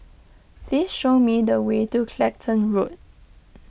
please show me the way to Clacton Road